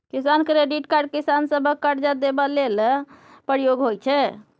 किसान credit card किसान सभकेँ करजा देबा लेल प्रयोग होइ छै